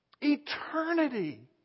Eternity